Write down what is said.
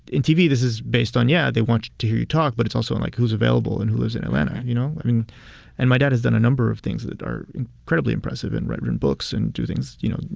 in tv, this is based on, yeah, they want to hear you talk, but it's also on, like, who's available and who's in atlanta, you know? and my dad has done a number of things that are incredibly impressive and written and books and do things, you know,